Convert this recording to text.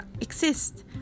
exist